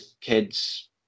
kids